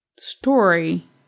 story